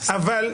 אני